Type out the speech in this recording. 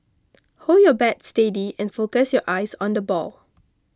hold your bat steady and focus your eyes on the ball